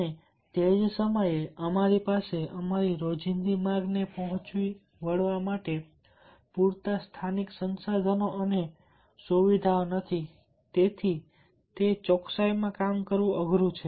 અને તે જ સમયે અમારી પાસે અમારી રોજિંદી માંગને પહોંચી વળવા માટે પૂરતા સ્થાનિક સંસાધનો અને સુવિધાઓ નથી અને તે ચોકસાઈમાં છે